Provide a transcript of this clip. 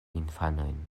infanojn